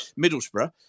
Middlesbrough